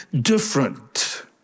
different